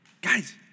guys